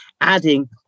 adding